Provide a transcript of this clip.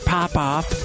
Popoff